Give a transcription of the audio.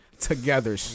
together